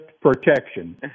Protection